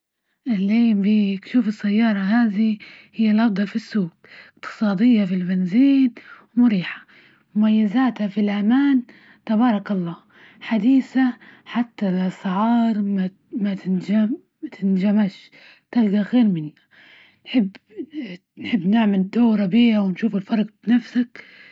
أهلين بيك شوفي السيارة هذي هي الأفضل في السوق، إقتصادية في البنزين ومريحة، مميزاتها في الأمان تبارك الله، حديثة حتى الأسعار ما تنجمش، تلقى خير منها، تحب- تحب من دورة بيها، ونشوف الفرق بنفسك.